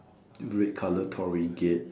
red color Torii gate